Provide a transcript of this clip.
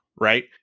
right